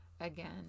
Again